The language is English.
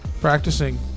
practicing